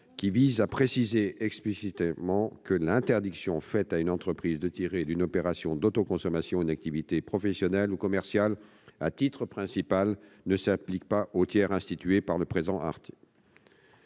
vise à préciser explicitement que l'interdiction faite à une entreprise de tirer d'une opération d'autoconsommation une activité professionnelle ou commerciale à titre principal ne s'applique pas au tiers institué par le présent article.